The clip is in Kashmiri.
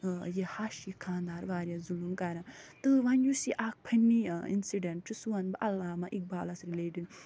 یہِ ہش یہِ خانٛدار وارِیاہ ظُلُم کَران تہٕ وَنہِ یُس یہِ اکھ فٔنی اِنسیٖڈٮ۪نٛٹ چھُ سُہ وَنہٕ بہٕ علامَہ اقبالس رلیٹِنٛگ